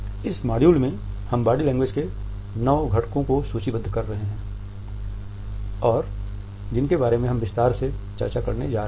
इस मॉड्यूल में हम बॉडी लैंग्वेज के 9 घटकों को सूचीबद्ध कर रहे हैं और जिनके बारे में हम विस्तार से चर्चा करने जा रहे हैं